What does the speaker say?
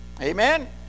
Amen